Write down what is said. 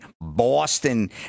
Boston